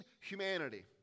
humanity